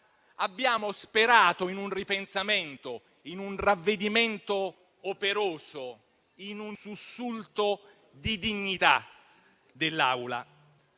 abbiamo sperato in un ripensamento, in un ravvedimento operoso, in un sussulto di dignità dell'Assemblea.